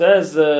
Says